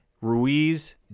Ruiz